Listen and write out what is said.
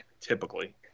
typically